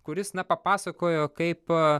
kuris na papasakojo kaip